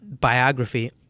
biography